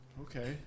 Okay